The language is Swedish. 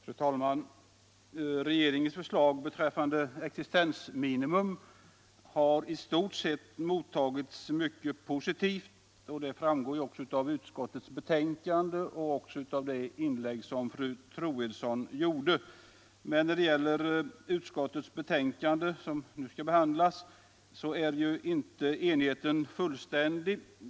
Fru talman! Regeringens förslag beträffande existensminimum har i stort sett mottagits mycket positivt. Det framgår av utskottets betänkande liksom också av det inlägg som fru Troedsson gjorde. Men när det gäller det utskottsbetänkande som nu skall behandlas är inte enigheten fullständig.